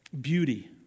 beauty